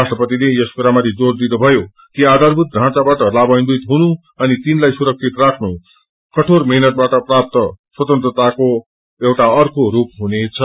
राष्ट्रपतिले यस करामाथि जोड़ दिनु भयो िआधराभूत ढाचाँबाट लाभान्वित हुनु अनि तिनलाई सुरक्षित राख्नु कठोर मेहनत बाट प्राप्त स्वतन्त्रताको एउटा अर्कोरूप हुनेछ